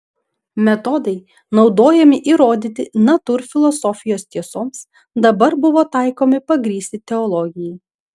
metodai naudojami įrodyti natūrfilosofijos tiesoms dabar buvo taikomi pagrįsti teologijai